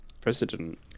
president